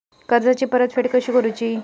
कर्जाची परतफेड कशी करूची?